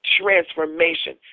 transformation